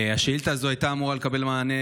השאילתה הזו הייתה אמורה לקבל מענה